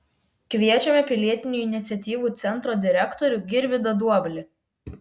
kviečiame pilietinių iniciatyvų centro direktorių girvydą duoblį